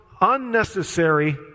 unnecessary